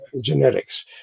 genetics